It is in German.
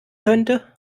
könnte